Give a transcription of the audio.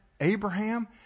Abraham